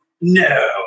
No